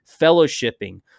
fellowshipping